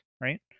right